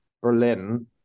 Berlin